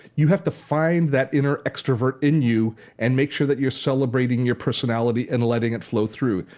you have to find that inner extrovert in you and make sure that you're celebrating your personality and letting it flow through.